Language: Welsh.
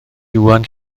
iwan